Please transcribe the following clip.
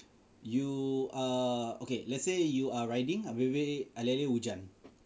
you are okay let's say you are riding habis habis aleh-aleh dia hujan